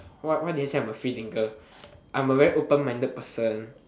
what why did I say I'm a free thinker I'm a very open minded person